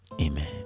amen